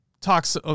talks